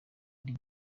nari